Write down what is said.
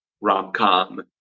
rom-com